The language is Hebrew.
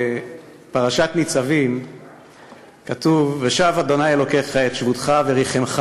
בפרשת ניצבים כתוב: "ושב ה' אלֹהיך את שבוּתך ורִחֲמך